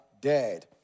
dead